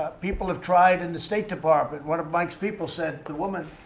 ah people have tried. in the state department, one of mike's people said the woman